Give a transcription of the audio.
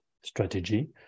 strategy